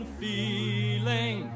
feeling